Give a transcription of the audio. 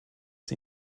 sie